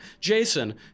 Jason